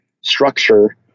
structure